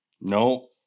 no